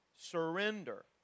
surrender